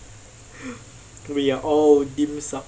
we are all dim sum